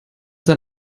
sein